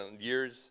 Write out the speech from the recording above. years